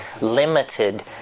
limited